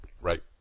right